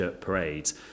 parades